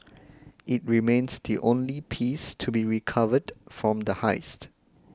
it remains the only piece to be recovered from the heist